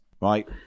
Right